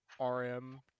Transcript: rm